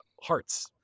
hearts